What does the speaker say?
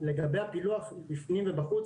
לגבי הפילוח בפנים ובחוץ,